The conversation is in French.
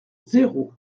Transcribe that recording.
zéro